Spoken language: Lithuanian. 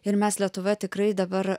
ir mes lietuvoje tikrai dabar